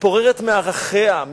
מתפוררת מערכיה,